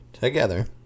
Together